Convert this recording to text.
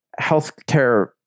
healthcare